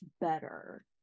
better